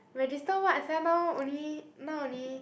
register what sia now only now only